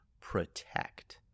protect